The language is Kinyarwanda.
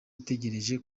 itegereje